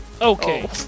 Okay